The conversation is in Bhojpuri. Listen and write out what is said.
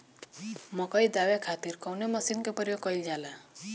मकई दावे खातीर कउन मसीन के प्रयोग कईल जाला?